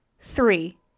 three